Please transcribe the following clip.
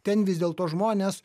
ten vis dėlto žmonės